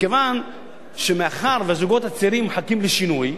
מכיוון שהזוגות הצעירים מחכים לשינוי,